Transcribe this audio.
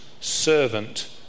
servant